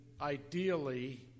ideally